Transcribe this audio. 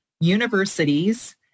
universities